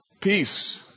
peace